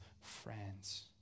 friends